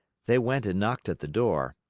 they went and knocked at the door.